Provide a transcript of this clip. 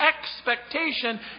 expectation